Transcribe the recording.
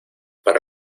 para